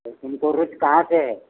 तो उनकी रुचि कहाँ से है